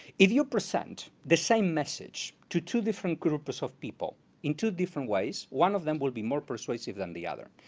if you present the same message to different groups of people in two different ways, one of them will be more persuasive than the other.